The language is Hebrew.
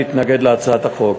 להתנגד להצעת החוק.